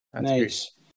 Nice